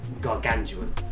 gargantuan